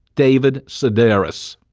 david sedaris.